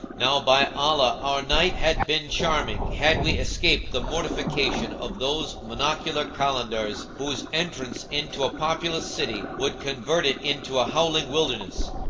now by allah, our night had been charming had we escaped the mortification of those monocular kalandars whose entrance into a populous city would convert it into a howling wilderness.